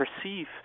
perceive